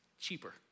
cheaper